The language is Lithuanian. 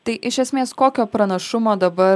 tai iš esmės kokio pranašumo dabar